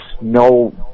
no